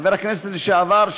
חבר הכנסת לשעבר,